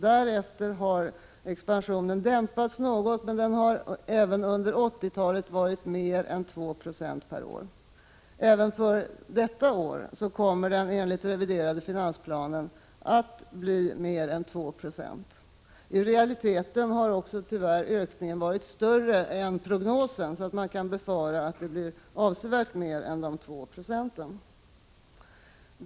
Därefter har expansionen dämpats något, men den har även under 1980-talet varit mer än 2 Ze per år. Även för detta år kommer den, enligt den reviderade finansplanen, att bli mer än 2 Ze. I realiteten har ökningen tyvärr varit större än i prognosen, och man kan befara att den blir mer än 2 Ze.